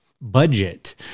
budget